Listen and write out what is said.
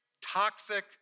toxic